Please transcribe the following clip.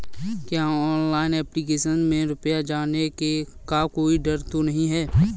क्या online application में रुपया जाने का कोई डर तो नही है?